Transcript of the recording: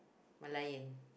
Merlion